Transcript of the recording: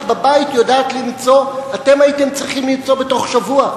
בבית יודעת למצוא אתם הייתם צריכים למצוא בתוך שבוע,